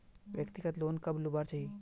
व्यक्तिगत लोन कब लुबार चही?